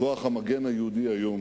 כוח המגן היהודי היום.